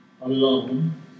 alone